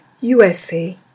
USA